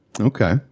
Okay